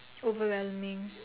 overwhelming